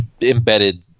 embedded